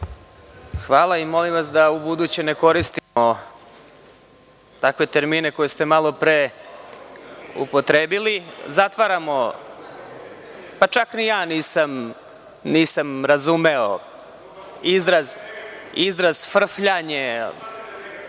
Hvala. Molim vas da ubuduće ne koristimo takve termine koje ste malopre upotrebili. Čak ni ja nisam razumeo izraz „frfljanje“,